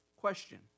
question